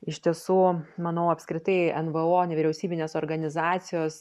iš tiesų manau apskritai nvo nevyriausybinės organizacijos